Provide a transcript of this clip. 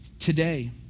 today